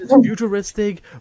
futuristic